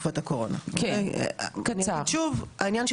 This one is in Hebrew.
העניין של ניכויים נמצא תלוי ועומד בבית המשפט העליון באופן כללי,